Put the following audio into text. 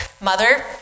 mother